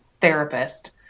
therapist